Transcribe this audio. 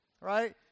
right